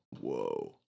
Whoa